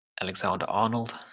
Alexander-Arnold